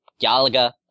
Galaga